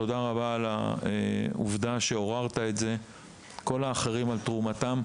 תודה רבה שעוררת את זה ותודה לכל האחרים על תרומתם.